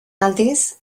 aldiz